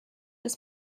des